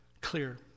clear